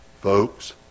folks